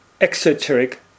exoteric